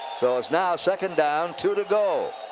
so it's now second down. two to go.